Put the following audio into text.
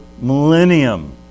millennium